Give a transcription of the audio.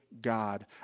God